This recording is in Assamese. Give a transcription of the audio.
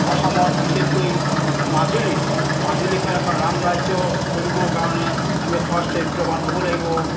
অসমত বিশেষকৈ মাজুলীত মাজুলীখন এখন ৰাম ৰাজ্যৰ কৰিবৰ কাৰণে আমি সৎ চৰিত্ৰবান হ'ব লাগিব